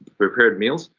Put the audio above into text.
prepared meals.